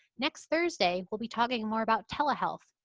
next thursday, we'll be talking more about telehealth,